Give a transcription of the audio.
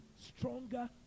stronger